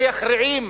שיח רעים,